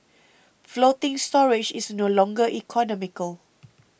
floating storage is no longer economical